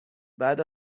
بعد